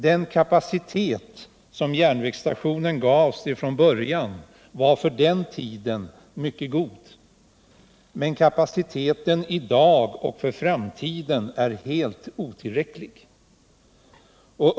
Den kapacitet som järnvägsstationen gavs från början var för den tiden mycket god, men kapaciteten i dag och för framtiden är helt otillräcklig.